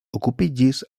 okupiĝis